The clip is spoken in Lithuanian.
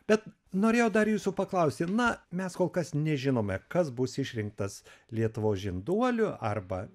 bet norėjau dar jūsų paklausti na mes kol kas nežinome kas bus išrinktas lietuvos žinduoliu arba